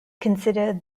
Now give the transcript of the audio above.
considered